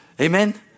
Amen